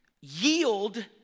yield